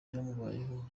byamubayeho